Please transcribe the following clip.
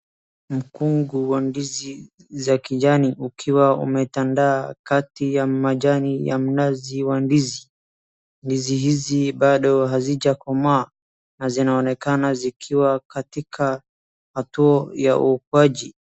Mkungu wa ndizi za kijani ukiwa umetandaa kati ya majani ya mnazi wa ndizi. Ndizi hizi bado hazijakomaa, na zinaonekana zikiwa katika hatua ya ukuaji.